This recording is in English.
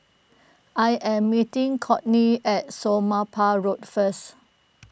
I am meeting Cortney at Somapah Road first